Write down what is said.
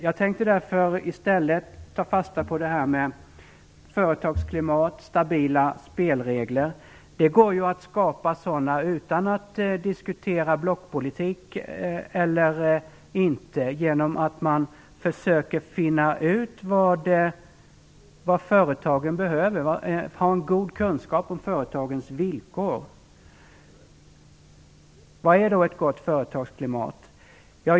Jag tänkte därför i stället ta fasta på det här med företagsklimat och stabila spelregler. Sådana kan skapas utan att man diskuterar frågan om blockpolitik eller inte blockpolitik genom att man söker finna ut vad företagen behöver. Det behövs nämligen goda kunskaper om företagens villkor. Vad är då ett gott företagsklimat?